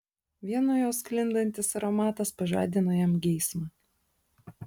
vien nuo jos sklindantis aromatas pažadino jam geismą